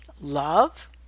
love